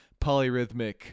polyrhythmic